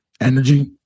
energy